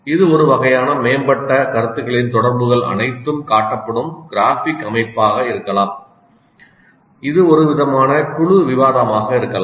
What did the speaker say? இது ஒரு வகையான மேம்பட்ட கருத்துகளின் தொடர்புகள் அனைத்தும் காட்டப்படும் கிராஃபிக் அமைப்பாளராக இருக்கலாம் இது ஒரு விதமான குழு விவாதமாக இருக்கலாம்